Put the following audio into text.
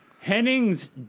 Henning's